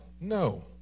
No